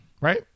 Right